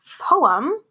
poem